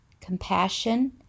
compassion